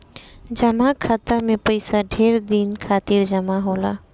जमा खाता मे पइसा ढेर दिन खातिर जमा होला